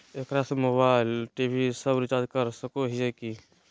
एकरा से mobile TV सब रिचार्ज कर सको हियै की?